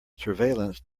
surveillance